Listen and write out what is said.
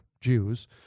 Jews